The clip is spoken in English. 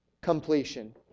completion